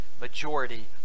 majority